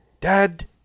Dad